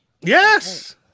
Yes